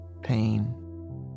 pain